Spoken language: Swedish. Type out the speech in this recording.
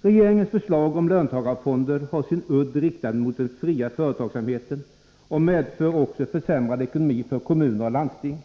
Regeringens förslag om löntagarfonder har sin udd riktad mot den fria företagsamheten och medför också försämrad ekonomi för kommuner och landsting.